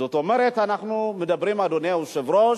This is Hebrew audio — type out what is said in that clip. זאת אומרת, אנחנו מדברים, אדוני היושב-ראש,